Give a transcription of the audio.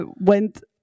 went